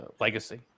Legacy